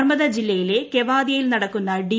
നർമദ ജില്ലയിലെ കേവാദിയയിൽ നടക്കുന്ന ഡി